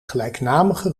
gelijknamige